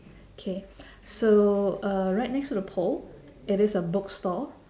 K so uh right next to the pole it is a bookstore